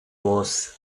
was